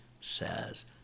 says